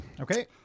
Okay